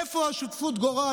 איפה שותפות הגורל?